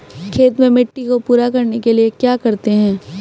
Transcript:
खेत में मिट्टी को पूरा करने के लिए क्या करते हैं?